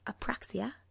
apraxia